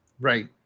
Right